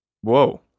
Whoa